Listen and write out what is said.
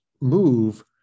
move